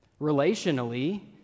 Relationally